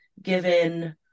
given